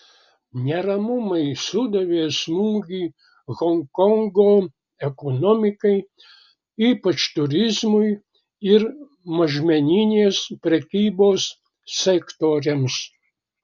neramumai sudavė smūgį honkongo ekonomikai ypač turizmui ir mažmeninės prekybos sektoriams